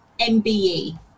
MBE